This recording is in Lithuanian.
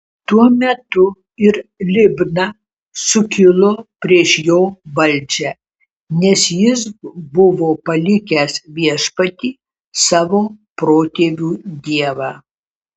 tuo metu ir libna sukilo prieš jo valdžią nes jis buvo palikęs viešpatį savo protėvių dievą